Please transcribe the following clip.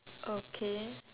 okay